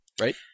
Right